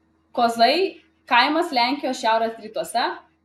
kozai kaimas lenkijos šiaurės rytuose